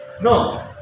No